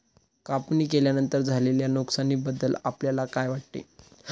कापणी केल्यानंतर झालेल्या नुकसानीबद्दल आपल्याला काय वाटते?